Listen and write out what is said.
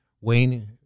Wayne